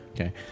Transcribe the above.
Okay